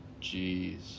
Jeez